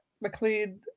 McLean